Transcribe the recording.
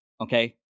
okay